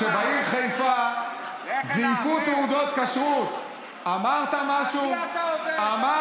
כשבעיר חיפה זייפו תעודות כשרות, אמרת משהו?